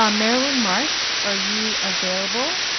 um merrilynn marsh, are you available?